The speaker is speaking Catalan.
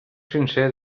sincer